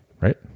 right